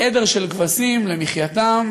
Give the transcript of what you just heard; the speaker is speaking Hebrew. עדר של כבשים למחייתה,